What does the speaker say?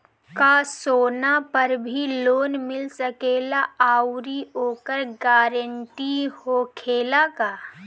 का सोना पर भी लोन मिल सकेला आउरी ओकर गारेंटी होखेला का?